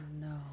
no